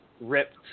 ripped